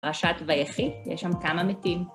רשת ויחי, יש שם כמה מתים.